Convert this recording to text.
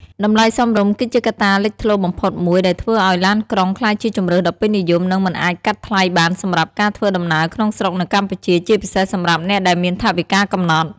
តម្លៃសមរម្យ គឺជាកត្តាលេចធ្លោបំផុតមួយដែលធ្វើឱ្យឡានក្រុងក្លាយជាជម្រើសដ៏ពេញនិយម និងមិនអាចកាត់ថ្លៃបានសម្រាប់ការធ្វើដំណើរក្នុងស្រុកនៅកម្ពុជា ជាពិសេសសម្រាប់អ្នកដែលមានថវិកាកំណត់។